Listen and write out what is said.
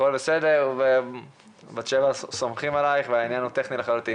עמדה רשמית